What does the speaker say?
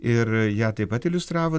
ir ją taip pat iliustravo